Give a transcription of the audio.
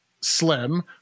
slim